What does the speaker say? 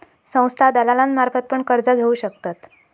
संस्था दलालांमार्फत पण कर्ज घेऊ शकतत